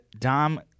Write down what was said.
Dom